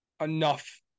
Enough